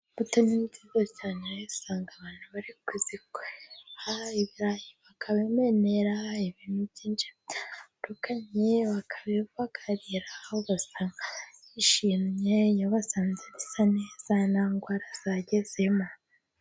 Imbuto ni nziza cyane, usanga abantu bari kuzikorera, ibirayi bakabimenera, ibintu byinshi bitandukanye bakabibagarira, ugasanga bishimye, iyo basanze bisa neza nta ndwara zagezemo.